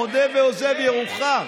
מודה ועוזב ירוחם.